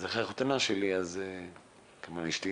אז אחרי החתונה שלי כמובן אשתי